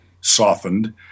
softened